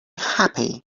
happy